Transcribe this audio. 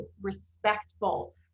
respectful